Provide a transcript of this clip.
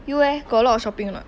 you leh got a lot of shopping or not